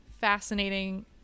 fascinating